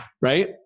Right